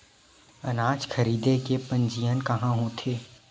अनाज खरीदे के पंजीयन कहां होथे?